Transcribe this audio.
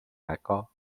väga